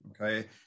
Okay